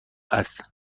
است